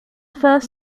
first